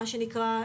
מה שנקרא,